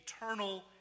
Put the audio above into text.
eternal